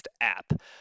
app